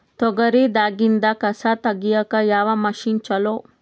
ತೊಗರಿ ದಾಗಿಂದ ಕಸಾ ತಗಿಯಕ ಯಾವ ಮಷಿನ್ ಚಲೋ?